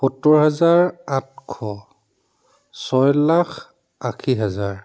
সত্তৰ হাজাৰ আঠশ ছয় লাখ আশী হাজাৰ